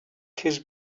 his